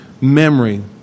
memory